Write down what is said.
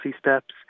steps